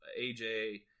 AJ